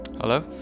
Hello